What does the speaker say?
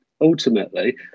ultimately